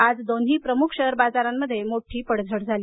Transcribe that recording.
आजही दोन्ही प्रमुख शेअर बाजारात मोठी पडझड झाली